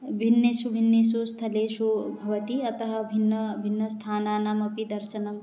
भिन्नेषु भिन्नेषु स्थलेषु भवति अतः भिन्नभिन्नस्थानानामपि दर्शनं